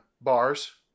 bars